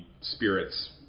spirits